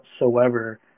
whatsoever